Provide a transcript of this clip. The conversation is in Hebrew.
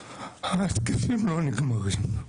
ההתקפים לא נגמרים.